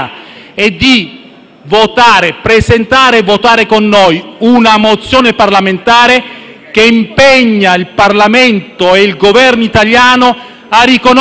e di presentare e votare con noi una mozione parlamentare che impegni il Parlamento e il Governo italiano a riconoscere, come